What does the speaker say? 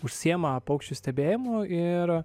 užsiima paukščių stebėjimu ir